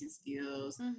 skills